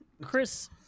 Chris